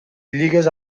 lligues